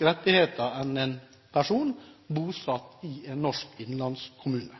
rettigheter enn en person bosatt i en norsk